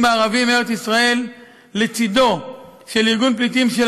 הערבים מארץ ישראל לצדו של ארגון פליטים של